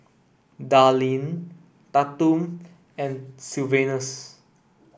Darleen Tatum and Sylvanus